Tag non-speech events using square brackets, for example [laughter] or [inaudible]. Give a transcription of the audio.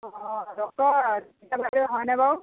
অ' doctor [unintelligible] বাইদ' হয়নে বাৰু